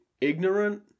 ignorant